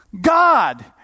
God